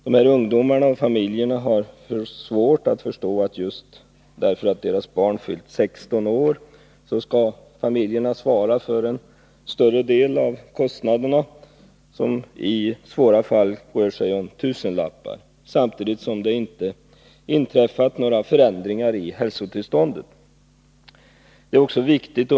Dessa ungdomar och deras familjer har svårt att förstå att de bara därför att ungdomarna har fyllt 16 år skall svara för den större delen av kostnaderna, som i svåra fall rör sig om tusenlappar, samtidigt som det inte inträffat några förändringar i hälsotillståndet.